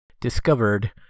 discovered